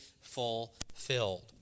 fulfilled